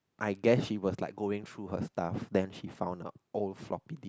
I guess she was like going through her stuff then she found out oh floppy disk